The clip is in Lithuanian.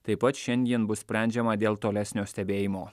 taip pat šiandien bus sprendžiama dėl tolesnio stebėjimo